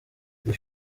iyi